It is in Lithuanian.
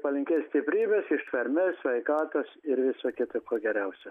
palinkėt stiprybės ištvermės sveikatos ir visa kita ko geriausia